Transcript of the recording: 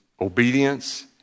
obedience